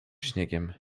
śniegiem